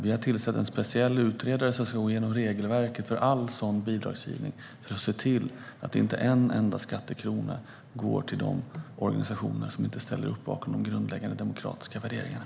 Vi har tillsatt en särskild utredare som ska gå igenom regelverket för all sådan bidragsgivning för att se till att inte en enda skattekrona går till organisationer som inte ställer upp bakom de grundläggande demokratiska värderingarna.